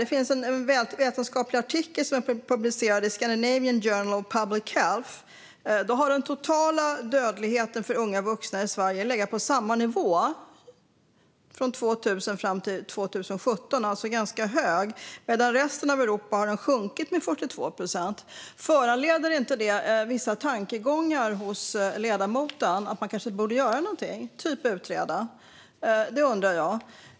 Det finns en vetenskaplig artikel som är publicerad i Scandinavian Journal of Public Health, och enligt den har den totala dödligheten för unga vuxna i Sverige legat på samma nivå mellan 2000 och 2017, det vill säga en ganska hög nivå - medan den i resten av Europa har sjunkit med 42 procent. Föranleder inte det vissa tankegångar hos ledamoten om att man kanske borde göra någonting, typ utreda? Det undrar jag.